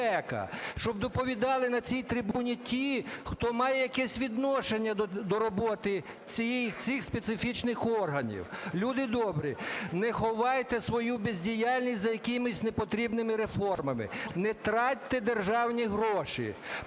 щоб доповідали на цій трибуні ті, хто має якесь відношення до роботи цих специфічних органів. Люди добрі, не ховайте свою бездіяльність за якимись непотрібними реформами, не тратьте державні гроші,